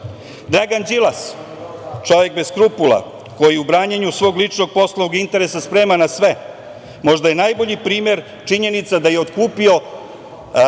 Đilas, čovek bez skrupula, koji je u branjenju svog ličnog poslovnog interesa spreman na sve, možda je najbolji primer činjenica da je otkupio